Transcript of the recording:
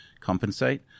compensate